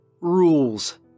Rules